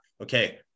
Okay